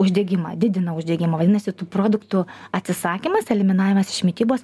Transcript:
uždegimą didina uždegimą vadinasi tų produktų atsisakymas eliminavimas iš mitybos